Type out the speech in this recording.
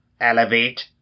Elevate